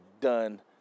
done